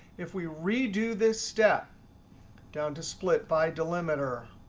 if we redo this step down to split by delimiter,